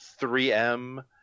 3M